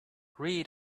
read